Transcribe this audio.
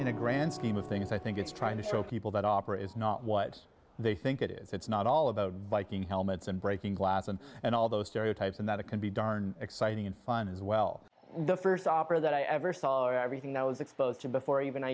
in the grand scheme of things i think it's trying to show people that operate is not what they think it is it's not all about biking helmets and breaking glass and and all those stereotypes and that it can be darn exciting and fun as well the first opera that i ever saw where everything that was exposed to before even